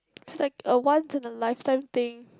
like a once in a life time thing